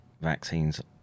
vaccines